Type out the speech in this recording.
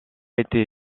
été